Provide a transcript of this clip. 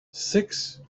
six